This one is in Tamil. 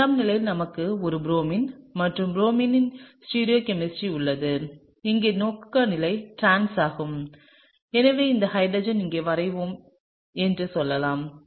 2 ஆம் நிலையில் நமக்கு ஒரு Br மற்றும் Br இன் ஸ்டீரியோ கெமிஸ்ட்ரி உள்ளது இங்கே நோக்குநிலை டிரான்ஸ் ஆகும் எனவே இந்த ஹைட்ரஜனை இங்கே வரைவேன் என்று சொல்லலாம்